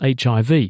HIV